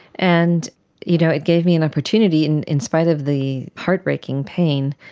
and you know it gave me an opportunity, in in spite of the heartbreaking pain,